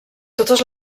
totes